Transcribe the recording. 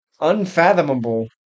unfathomable